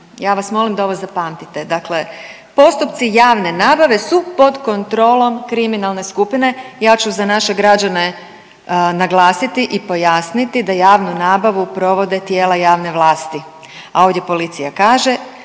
Ja vas molim da ovo zapamtite. Dakle, postupci javne nabave su pod kontrolom kriminalne skupine. Ja ću za naše građane naglasiti i pojasniti da javnu nabavu provode tijela javne vlasti, a ovdje policija kaže